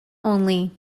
only